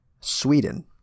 Sweden